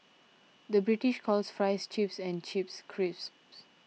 the British calls Fries Chips and Chips Crisps